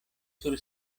sur